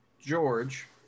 George